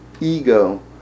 ego